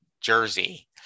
Jersey